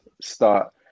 start